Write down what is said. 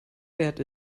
wert